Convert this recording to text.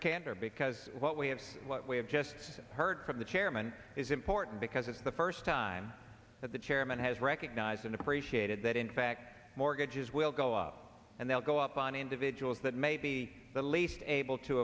candor because what we have what we have just heard from the chairman is important because it's the first time that the chairman has recognized and appreciated that in fact mortgages will go up and they'll go up on individuals that may be the least able to